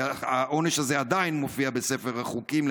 כי העונש הזה עדיין מופיע בספר החוקים,